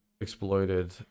Exploited